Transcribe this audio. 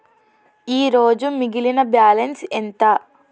ఈరోజు మిగిలిన బ్యాలెన్స్ ఎంత?